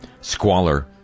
squalor